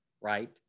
right